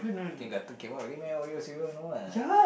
came out already meh oreo cereal no what